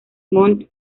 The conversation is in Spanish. montt